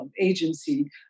agency